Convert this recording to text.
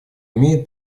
имеет